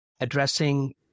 Addressing